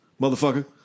motherfucker